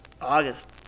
August